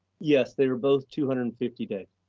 yes, they were both two hundred and fifty days.